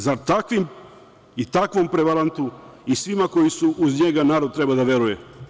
Zar takvim i takvom prevarantu, i svima koji su uz njega, narod treba da veruje?